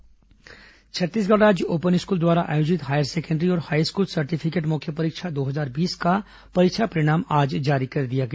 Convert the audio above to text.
open school परिणाम छत्तीसगढ़ राज्य open school द्वारा आयोजित हायर सेकेण्डरी और हाईस्कूल सर्टिफिकेट मुख्य परीक्षा दो हजार बीस का परीक्षा परिणाम आज जारी कर दिया गया